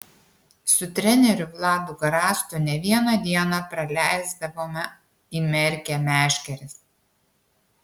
su treneriu vladu garastu ne vieną dieną praleisdavome įmerkę meškeres